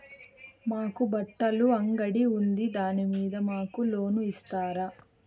మాకు బట్టలు అంగడి ఉంది దాని మీద మాకు లోను ఇస్తారా